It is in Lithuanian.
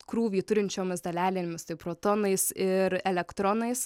krūvį turinčiomis dalelėmis tai protonais ir elektronais